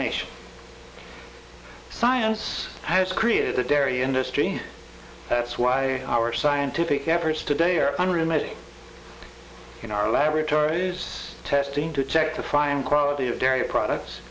nation science has created a dairy industry that's why our scientific efforts today are unremitting in our laboratories testing to check the fine quality of dairy products